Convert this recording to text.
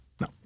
No